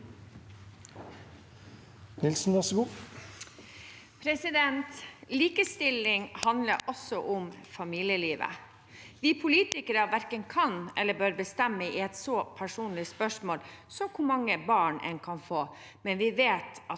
Likestilling handler også om familielivet. Vi politikere verken kan eller bør bestemme i et så personlig spørsmål som det om hvor mange barn en kan få, men vi vet at